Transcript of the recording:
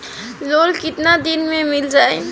Loan कितना दिन में मिल जाई?